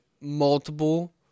multiple